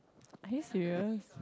are you serious